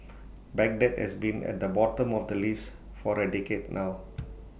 Baghdad has been at the bottom of the list for A decade now